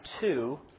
two